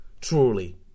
truly